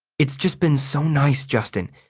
it's just been so nice, justin.